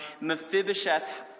Mephibosheth